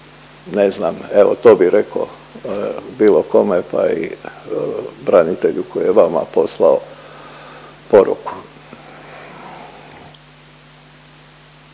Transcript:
ne znam evo to bi rekao bilo kome pa i branitelju koji je vama poslao poruku.